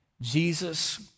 Jesus